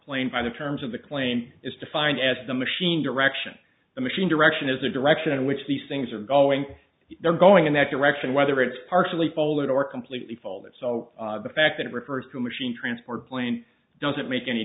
plane by the terms of the claim is defined as the machine direction the machine direction is the direction in which these things are going they're going in that direction whether it's partially folded or completely folded so the fact that it refers to machine transport plane doesn't make any